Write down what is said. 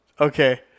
Okay